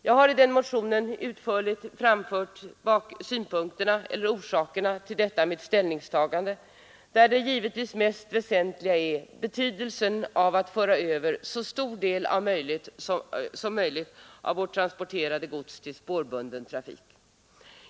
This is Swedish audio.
Jag har i motionen utförligt redovisat orsakerna till detta mitt ställningstagande, där givetvis det mest väsentliga är betydelsen av att föra över så stor del som möjligt av vårt transporterade gods till spårbunden trafik.